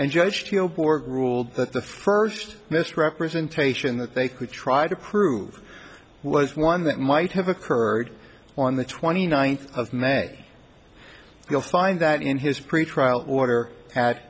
and judged ruled that the first misrepresentation that they could try to prove was one that might have occurred on the twenty ninth of may you'll find that in his pretrial order